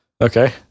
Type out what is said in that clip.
Okay